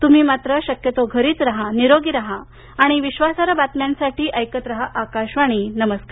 त्म्ही मात्र शक्यतो घरीच राहा निरोगी राहा आणि विश्वासार्ह बातम्यांसाठी ऐकत राहा आकाशवाणी नमस्कार